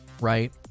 right